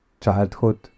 childhood